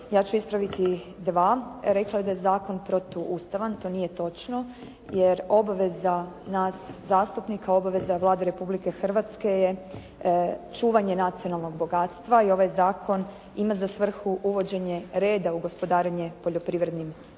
Ja ću ispraviti dva. Rekla je da je zakon protuustavan. To nije točno. Jer obaveza nas zastupnika, obaveza Vlade Republike Hrvatske je čuvanje nacionalnog bogatstva i ovaj zakon ima za svrhu uvođenja reda privrednim